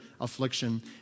affliction